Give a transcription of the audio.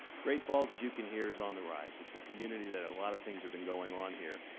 great falls, as you can hear, is on the rise. it's a community that a lot of things have been going on here.